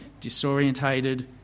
disorientated